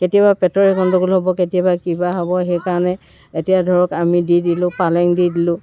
কেতিয়াবা পেটৰে গন্দগোল হ'ব কিবা হ'ব সেইকাৰণে এতিয়া ধৰক আমি দি দিলোঁ পালেং দি দিলোঁ